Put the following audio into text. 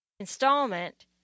installment